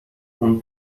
اون